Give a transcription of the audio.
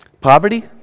Poverty